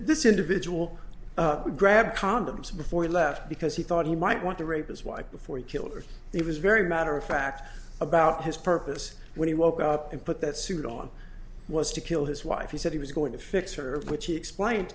this individual would grab condoms before he left because he thought he might want to rape his wife before he killed her he was very matter of fact about his purpose when he woke up and put that suit on was to kill his wife he said he was going to fix her up which he explained